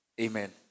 amen